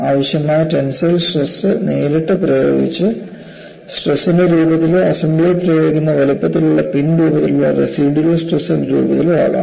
ആവശ്യമായ tensile stress നേരിട്ട് പ്രയോഗിച്ച സ്ട്രെസ്ൻറെ രൂപത്തിലോ അസംബ്ലിയിൽ ഉപയോഗിക്കുന്ന വലുപ്പത്തിലുള്ള പിൻ പോലുള്ള റസിഡ്യൂവൽ സ്ട്രെസ്ൻറെ രൂപത്തിലോ ആകാം